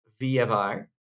VFR